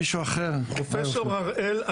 פרופ' הראל,